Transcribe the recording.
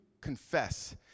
confess